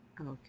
okay